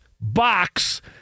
box